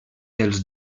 dels